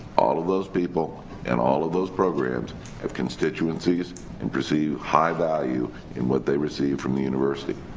all of those people and all of those programs have constituencies and perceive high value in what they receive from the university.